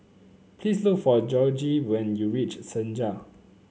please look for Jorge when you reach Senja